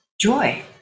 joy